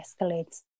escalates